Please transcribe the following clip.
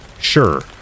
Sure